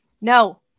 No